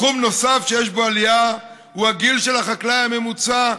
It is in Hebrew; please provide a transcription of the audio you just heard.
תחום נוסף שיש בו עלייה הוא הגיל של החקלאי הממוצע,